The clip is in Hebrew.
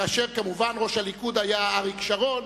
כאשר ראש הליכוד היה אריק שרון,